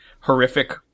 horrific